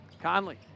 Conley